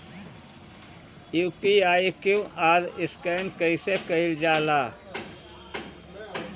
UPI QR scan कइसे कईल जा ला?